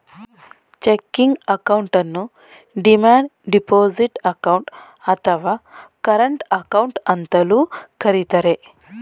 checking ಅಕೌಂಟನ್ನು demand deposit account, ಅಥವಾ current account ಅಂತಲೂ ಕರಿತರೆ